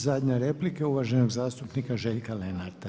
Zadnja replika je uvaženog zastupnika Željka Lenarta.